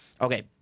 okay